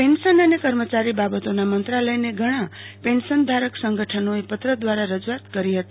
pension અને કર્મચારી બાબતોના મંત્રાલયને ઘણા પેન્શનધારક સંગઠનોએ પત્ર દ્વારા રજૂઆત કરી હતી